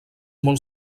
molt